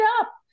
up